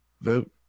vote